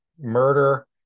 murder